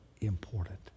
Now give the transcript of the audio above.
important